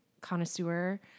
connoisseur